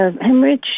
hemorrhage